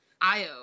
Io